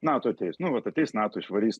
nato ateis nu vat ateis nato išvarys